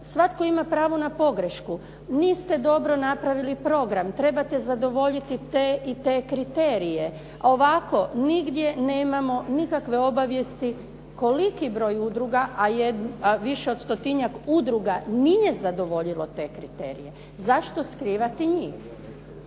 svatko ima pravo na pogrešku, niste dobro napravili program, trebate zadovoljiti te i te kriterije a ovako nigdje nemamo nikakve obavijesti koliki broj udruga a više od stotinjak udruga nije zadovoljilo te kriterije, zašto skrivati njih.